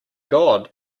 god